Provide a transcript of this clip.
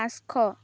পাঁচশ